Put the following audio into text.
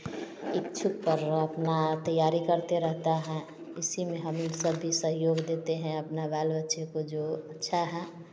इच्छा पर अपना तैयारी करते रहता है इसमें हम सभी सहयोग देते हैं अपना बाल बच्चे को जो अच्छा है